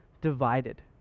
divided